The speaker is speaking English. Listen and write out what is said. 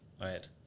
right